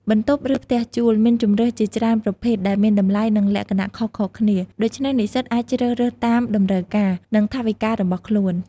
បន្ទប់ ឬផ្ទះជួលមានជម្រើសជាច្រើនប្រភេទដែលមានតម្លៃ និងលក្ខណៈខុសៗគ្នា ដូច្នេះនិស្សិតអាចជ្រើសរើសតាមតម្រូវការ និងថវិការបស់ខ្លួន។